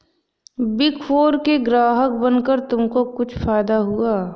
Big four के ग्राहक बनकर तुमको कुछ फायदा हुआ?